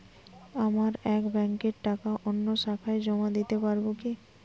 আমার এক ব্যাঙ্কের টাকা অন্য শাখায় জমা দিতে পারব কি?